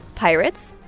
pirates,